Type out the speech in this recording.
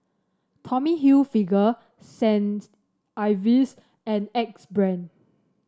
Tommy Hilfiger Saints Ives and Axe Brand